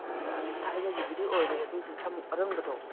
ꯊꯥꯏꯅꯒꯤꯕꯨꯗꯤ ꯑꯣꯏꯒ꯭ꯔꯦ ꯑꯗꯨ ꯑꯣꯏꯔꯁꯨ ꯁꯃꯨꯛ ꯑꯔꯪꯕꯗꯣ